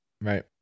right